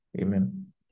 Amen